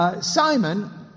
Simon